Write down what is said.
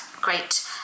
great